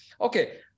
okay